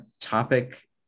topic